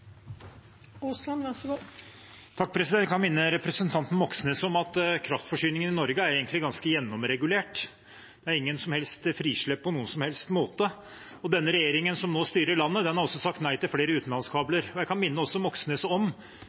ganske gjennomregulert, det er ingen som helst frislipp på noen som helst måte. Den regjeringen som nå styrer landet, har også sagt nei til flere utenlandskabler. Jeg kan også minne representanten Moxnes om